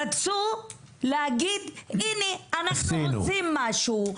רצו להגיד, הינה, אנחנו עושים משהו.